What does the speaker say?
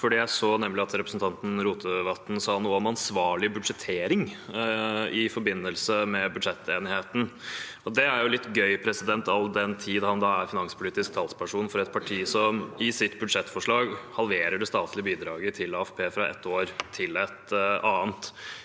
nemlig at representanten Rotevatn sa noe om ansvarlig budsjettering i forbindelse med budsjettenigheten. Det er litt gøy, all den tid han er finanspolitisk talsperson for et parti som i sitt budsjettforslag halverer det statlige bidraget til AFP fra et år til et annet.